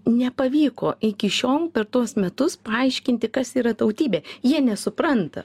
nepavyko iki šiol per tuos metus paaiškinti kas yra tautybė jie nesupranta